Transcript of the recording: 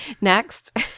next